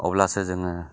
अब्लासो जोङो